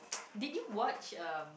did you watch um